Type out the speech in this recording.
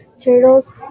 turtles